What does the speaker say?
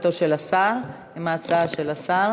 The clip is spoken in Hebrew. ההצעה להסתפק בתשובתו של השר, ההצעה של השר?